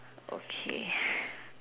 okay